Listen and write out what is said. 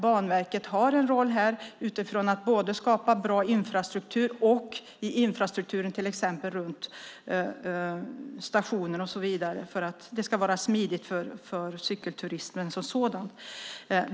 Banverket har en roll här genom att skapa bra infrastruktur, även till exempel runt stationer och så vidare, för att det ska vara smidigt för cykelturismen som sådan.